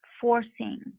forcing